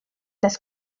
das